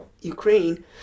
Ukraine